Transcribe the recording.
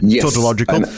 tautological